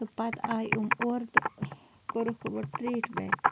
تہٕ پَتہٕ آے یِم اورٕ تہٕ کوٚرُکھ گۄڈٕ ٹرٛیٖٹمینٛٹ